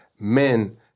men